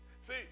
see